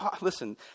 Listen